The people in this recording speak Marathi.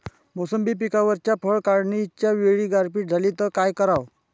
मोसंबी पिकावरच्या फळं काढनीच्या वेळी गारपीट झाली त काय कराव?